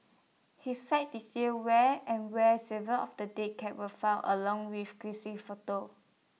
his site details where and where several of the dead cats were found along with grisly photos